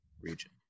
region